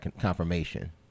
Confirmation